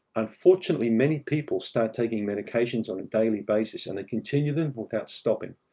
unfortunately, many people start taking medications on a daily basis, and they continue them without stopping.